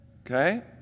okay